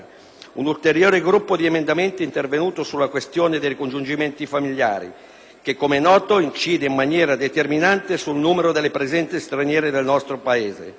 Un ulteriore gruppo di emendamenti è intervenuto sulla questione dei ricongiungimenti familiari che, come noto, incide in maniera determinante sul numero delle presenze straniere nel nostro Paese.